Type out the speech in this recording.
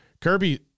Kirby